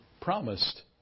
promised